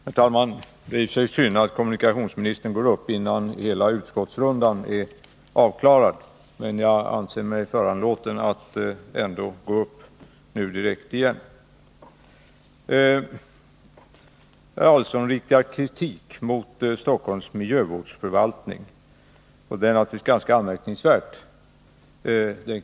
Herr talman! Det är i och för sig synd att kommunikationsministern går upp i debatten innan hela utskottsrundan är avklarad, men jag anser mig ändå föranlåten att nu ta till orda igen. Herr Adelsohn riktar kritik mot Stockholms miljövårdsförvaltning. Den kritik han riktar är ganska amärkningsvärd.